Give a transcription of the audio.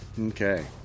Okay